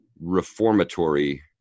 reformatory